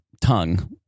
tongue